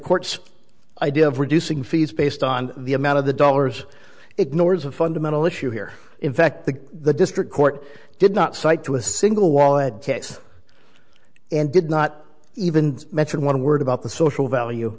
courts idea of reducing fees based on the amount of the dollars ignores a fundamental issue here in fact that the district court did not cite to a single wall ad case and did not even mention one word about the social value